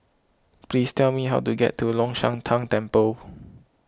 please tell me how to get to Long Shan Tang Temple